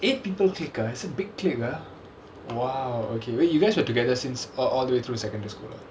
eight people clique ah it's a big clique lah !wow! okay wait you guys were together since err all the way through secondary school ah